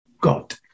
God